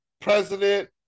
president